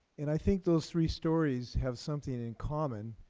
and i think those three stories have something in common,